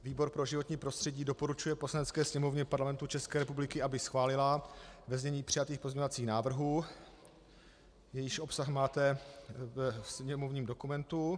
Výbor pro životní prostředí doporučuje Poslanecké sněmovně Parlamentu České republiky, aby ho schválila ve znění přijatých pozměňovacích návrhů, jejichž obsah máte ve sněmovním dokumentu.